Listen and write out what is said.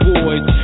Boys